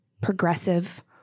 progressive